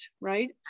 right